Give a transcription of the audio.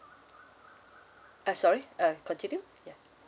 uh sorry uh continue ya